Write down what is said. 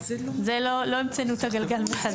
לא המצאנו את הגלגל מחדש.